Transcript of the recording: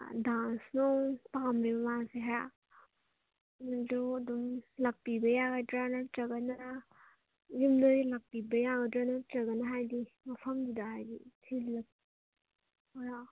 dance ꯅꯨꯡ ꯄꯥꯝꯃꯦ ꯃꯥꯁꯦ ꯈꯔ ꯑꯗꯨ ꯑꯗꯨꯝ ꯂꯥꯛꯄꯤꯕ ꯌꯥꯔꯣꯏꯗ꯭ꯔꯥ ꯅꯠꯇ꯭ꯔꯒꯅ ꯌꯨꯝꯗ ꯑꯣꯏꯅ ꯂꯥꯛꯄꯤꯕ ꯌꯥꯒꯗ꯭ꯔꯥ ꯅꯠꯇ꯭ꯔꯒꯅ ꯍꯥꯏꯗꯤ ꯃꯐꯝꯗꯨꯗ ꯍꯥꯏꯗꯤ ꯊꯤꯜꯂꯛꯄ꯭ꯔ